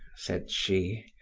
said she.